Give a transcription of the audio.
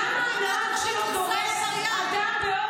למה הנהג שלו דורס -- למה את קוראת לו עבריין?